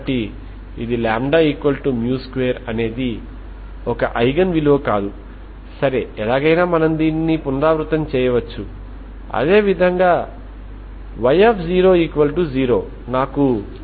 కాబట్టి మనం ఇప్పుడు ఇనీషియల్ కండిషన్ ux0f ను వర్తింపజేయవచ్చు కాబట్టి దీని నుండి మనం n 0123 ఆ పై విలువల కోసం n0An